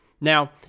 Now